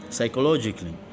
Psychologically